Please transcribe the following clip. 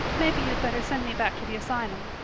maybe you'd better send me back to the asylum.